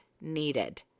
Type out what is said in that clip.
needed